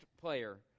player